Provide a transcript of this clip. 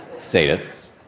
sadists